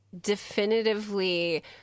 definitively